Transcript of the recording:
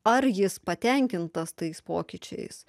ar jis patenkintas tais pokyčiais